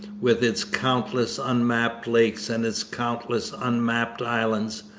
with its countless unmapped lakes and its countless unmapped islands.